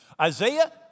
Isaiah